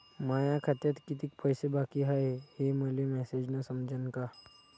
माया खात्यात कितीक पैसे बाकी हाय हे मले मॅसेजन समजनं का?